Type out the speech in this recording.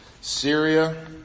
Syria